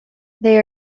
they